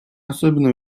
особенно